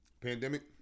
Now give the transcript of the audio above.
pandemic